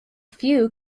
few